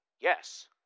Yes